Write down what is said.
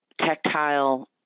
tactile